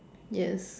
yes